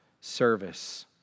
service